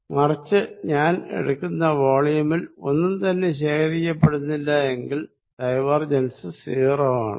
മറിച്ച് ഞാൻ എടുക്കുന്ന വോളിയമിൽ ഒന്നും തന്നെ ശേഖരിക്കപ്പെടുന്നില്ല എങ്കിൽ ഡൈവർജൻസ് 0 ആണ്